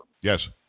Yes